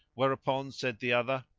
whereupon said the other,